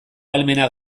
ahalmena